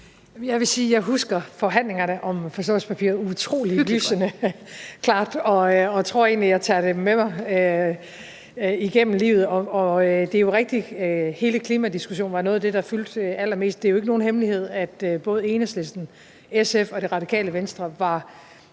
jeg husker forhandlingerne om forståelsespapiret lysende klart, og jeg tror egentlig, at jeg tager dem med mig igennem livet. Det er jo rigtigt, at hele klimadiskussionen var noget af det, der fyldte allermest. Det er jo ikke nogen hemmelighed, at både Enhedslisten, SF og Det Radikale Venstre var